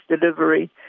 delivery